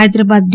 Hyderabad D